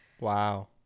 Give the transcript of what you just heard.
Wow